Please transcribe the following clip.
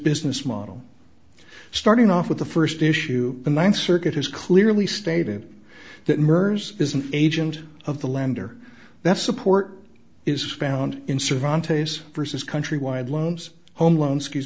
business model starting off with the first issue the ninth circuit has clearly stated that murder's is an agent of the lender that support is found in serve on taste versus countrywide loans home loans